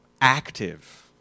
active